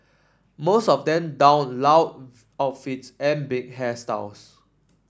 most of them donned loud outfits and big hairstyles